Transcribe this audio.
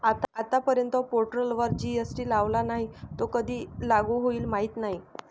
आतापर्यंत पेट्रोलवर जी.एस.टी लावला नाही, तो कधी लागू होईल माहीत नाही